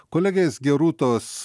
kolegės gerūtos